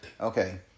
Okay